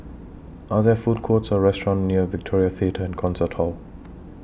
Are There Food Courts Or restaurants near Victoria Theatre and Concert Hall